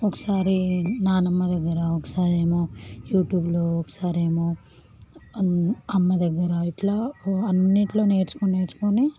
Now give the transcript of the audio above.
ఒకసారి నాన్నమ్మ దగ్గర ఒకసారేమో యూట్యూబ్లో ఒకసారేమో అమ్మ దగ్గర ఇట్లా అన్నిట్లో నేర్చుకుని నేర్చుకుని